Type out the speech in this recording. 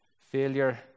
failure